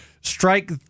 strike